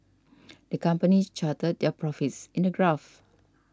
the company charted their profits in a graph